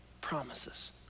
promises